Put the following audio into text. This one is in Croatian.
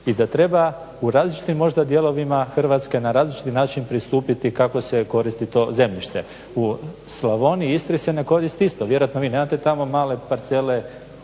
I da treba u različitim možda dijelovima Hrvatske, na različiti način pristupiti kako se koristit to zemljište. U Slavoniji i Istri se ne koristi isto, vjerojatno vi nemate tamo male parcele